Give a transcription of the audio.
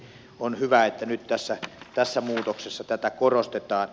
on hyvä että nyt tässä muutoksessa tätä korostetaan